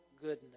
goodness